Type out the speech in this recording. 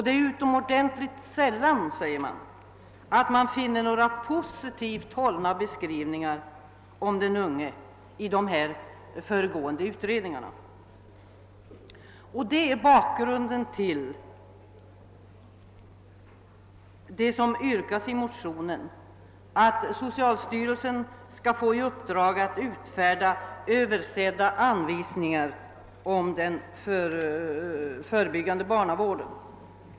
Det är utomordentligt sällan man finner några positivt hållna beskrivningar om de unga i dessa utredningar. Det är mot denna bakgrund som vi i motionen yrkar att socialstyrelsen skall få i uppdrag att utfärda översedda anvisningar om den förebyggande barnavården.